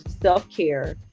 self-care